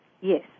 Yes